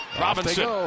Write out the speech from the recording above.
Robinson